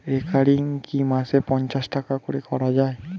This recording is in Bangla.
রেকারিং কি মাসে পাঁচশ টাকা করে করা যায়?